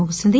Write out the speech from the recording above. ముగిసింది